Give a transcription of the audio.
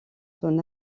son